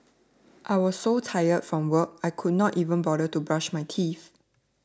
I was so tired from work I could not even bother to brush my teeth